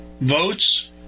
votes